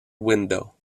window